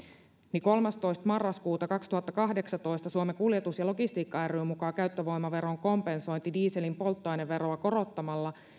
niin kolmastoista marraskuuta kaksituhattakahdeksantoista suomen kuljetus ja logistiikka ryn mukaan käyttövoimaveron kompensointi dieselin polttoaineveroa korottamalla